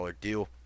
deal